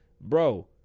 bro